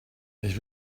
ich